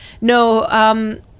No